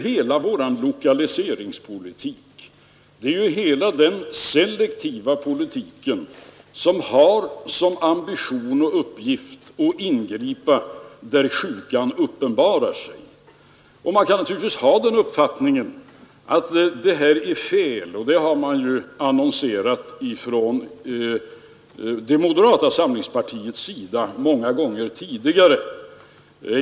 Hela vår lokaliseringspolitik, hela den selektiva politiken, har som ambition och uppgift att angripa där sjukan uppenbarar sig. Man kan naturligtvis ha den uppfattningen att det här är fel — och den meningen har man annonserat från moderata samlingspartiets sida många gånger tidigare.